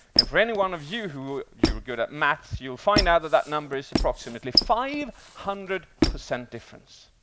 and for anyone of you who you're good at math, you'll find out that that number is approximately five hundred percent difference.